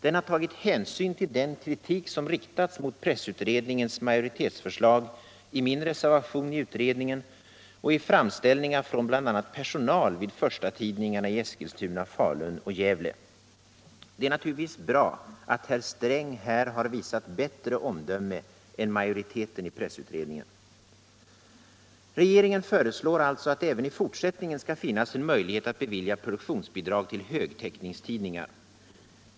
Den har tagit hänsyn till den kritik som riktats mot pressutredningens majoritetsförslag i min reservation i utredningen och i framställningar från bl.a. personal vid förstatidningarna i Eskilstuna, Falun och Gävle. Det är naturligtvis bra att herr Sträng här visat bättre omdöme än majoriteten i pressutredningen. Regeringen föreslår sålunda att det även i fortsättningen skall finnas en möjlighet att bevilja produktionsbidrag till ”högtäckningstidningar”.